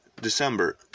December